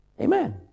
Amen